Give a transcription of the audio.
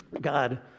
god